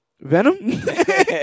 Venom